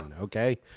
okay